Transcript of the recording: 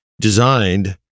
designed